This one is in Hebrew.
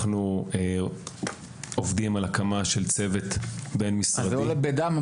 אנחנו עובדים על הקמה של צוות בין-משרדי --- זה עולה בדם,